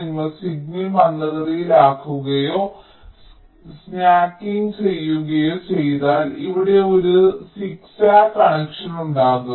നിങ്ങൾ സിഗ്നൽ മന്ദഗതിയിലാക്കുകയോ സ്നാക്കിംഗ് ചെയ്യുകയോ ചെയ്താൽ ഇവിടെ ഒരു സിഗ്സാഗ് കണക്ഷൻ ഉണ്ടാക്കുക